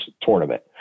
tournament